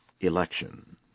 election